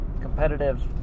competitive